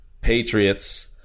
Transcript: Patriots